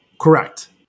Correct